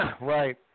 Right